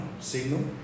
Signal